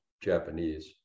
Japanese